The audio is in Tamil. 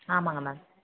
ஆமாம்ங்க மேம்